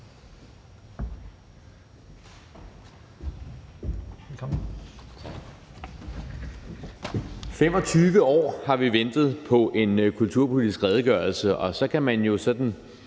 Tak. 25 år har vi ventet på en kulturpolitisk redegørelse, og så kan man jo sådan